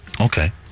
Okay